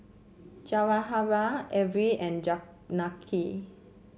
Ghanshyam Arvind and Janaki